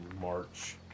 march